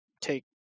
take